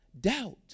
doubt